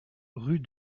rue